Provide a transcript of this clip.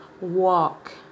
walk